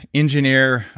engineer,